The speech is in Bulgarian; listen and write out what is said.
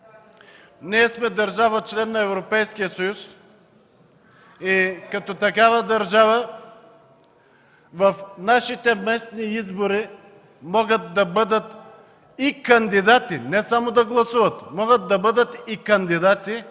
Ние сме държава – член на Европейския съюз, и като такава държава в нашите местни избори могат да бъдат кандидати, а не само да гласуват, и небългарски граждани